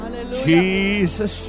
Jesus